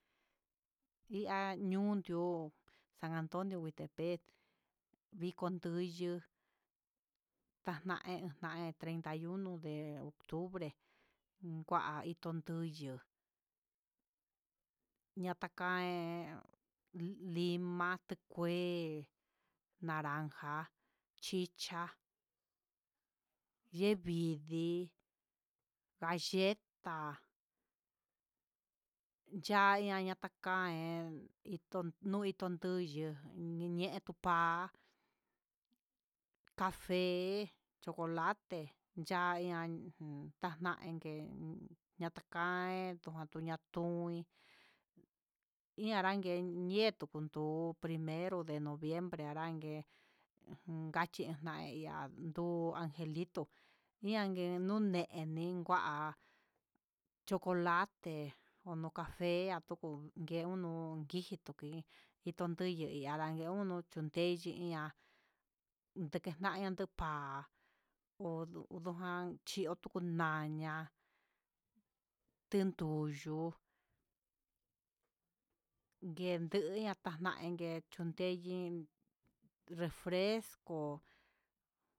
Ihá niundió san antonio huitepec, viko nduyu tanai naé treinta y uno de octubre kuá itón nduyuu, katakén lima tikué, naranja, chicha, yee vidii galleta, yañaña takai itón nuu intun nduyu, niñe itú pa'a, café, chocolate, ya'ña ujun, tananke ndatakae ñanka tuña'a ñatuin iin anrake ñee tukundu primero de noviembre he anranke un ngache ian nguu angelito ian ngue nunene iin ngua chocolate café nungua nunu jingui tuin ndindun nduyuu anrague ngue uno nachi ndui ña'a, ndeken ñana nupa'a ondukuñana chió ndotuku naña'a, ndenduyu ndekuña tana'a ngue tuteyin refresco.